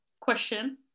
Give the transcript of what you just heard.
Question